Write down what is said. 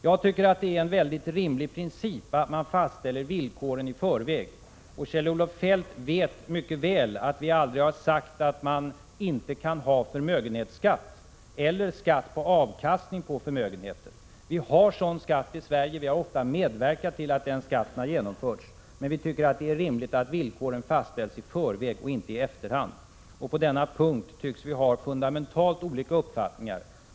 Jag tycker det är en rimlig princip att man fastställer villkoren i förväg. Kjell-Olof Feldt vet mycket väl att vi aldrig sagt att man inte kan ha förmögenhetsskatt eller skatt på avkastning på förmögenheter. Vi har sådan skatt i Sverige. Vi har också medverkat till att sådan skatt genomförs. Men vi tycker det är rimligt att villkoren fastställs i förväg, inte i efterhand. På denna punkt tycks vi ha fundamentalt olika uppfattningar.